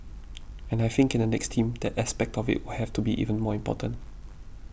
and I think in the next team that aspect of it will have to be even more important